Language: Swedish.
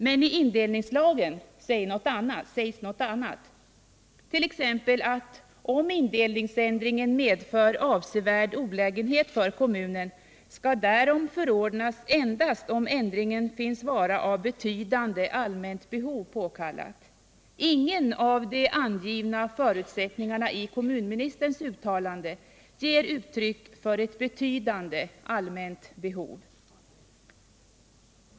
Men i indelningslagen sägs något annat, t.ex. att om indelningsändringen medför avsevärd olägenhet för kommunen, skall därom förordnas endast om ändringen finnes vara av betydande allmänt behov påkallad. Ingen av de angivna förutsättningarna i kommunministerns uttalande ger uttryck för ett betydande allmänt behov.